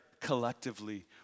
collectively